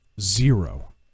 Zero